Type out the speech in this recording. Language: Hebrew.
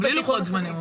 בלי לוחות זמנים.